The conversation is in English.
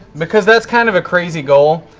because that's kind of a crazy goal.